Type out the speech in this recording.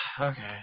Okay